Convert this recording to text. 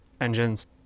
engines